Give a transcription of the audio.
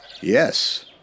Yes